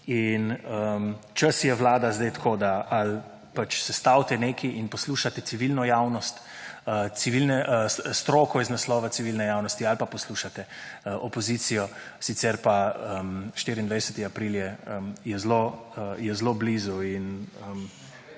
Čas je vlada sedaj tako, da ali pač sestavite nekaj in poslušate civilno javnost, stroko z naslova civilne javnosti ali pa poslušate opozicijo, sicer pa 24. april je zelo blizu. In